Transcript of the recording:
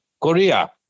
Korea